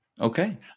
Okay